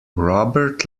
robert